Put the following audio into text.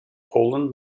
poland